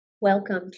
Welcome